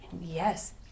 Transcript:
yes